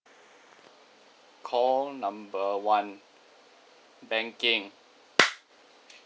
call number one banking